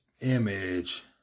image